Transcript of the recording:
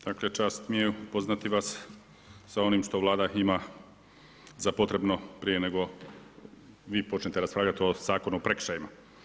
Dakle čast mi je upoznati vas sa onim što Vlada ima za potrebno, prije nego vi počnete raspravljati o Zakonu o prekršajima.